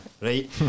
Right